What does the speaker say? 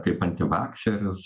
kaip antivakseris